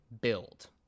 build